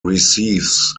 receives